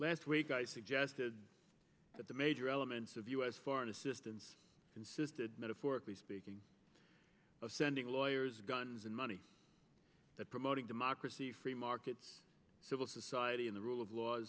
last week i suggested that the major elements of u s foreign assistance consisted metaphorically speaking of sending lawyers guns and money promoting democracy free markets civil society in the rule of law